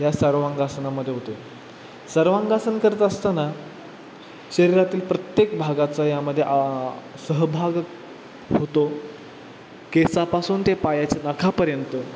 या सर्वांगासनामध्ये होते सर्वांगासन करत असताना शरीरातील प्रत्येक भागाचा यामध्ये सहभाग होतो केसापासून ते पायाचे नाखापर्यंत